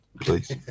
Please